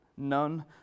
none